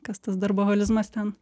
kas tas darboholizmas ten